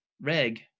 reg